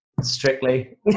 strictly